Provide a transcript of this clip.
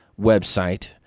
website